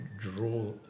draw